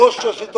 יושב-ראש השלטון